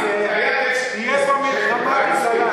והעיתונאים האלה יישאו באחריות אישית למעשה.